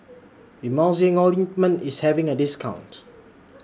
Emulsying Ointment IS having A discount